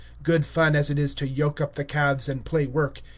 good fun as it is to yoke up the calves and play work,